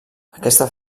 aquesta